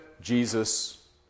Jesus